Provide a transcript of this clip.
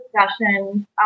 discussion